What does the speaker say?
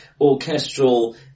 orchestral